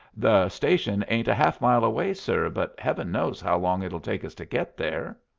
the station ain't a half-mile away, sir, but heaven knows how long it'll take us to get there.